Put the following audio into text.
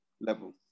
level